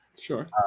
Sure